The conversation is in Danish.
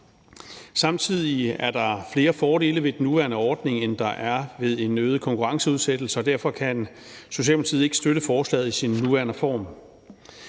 Samtidig er der flere fordele ved den nuværende ordning, end der er ved en øget konkurrenceudsættelse, og derfor kan Socialdemokratiet ikke støtte forslaget i dets nuværende form.